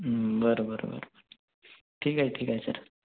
बरं बरं बरं ठीक आहे ठीक आहे सर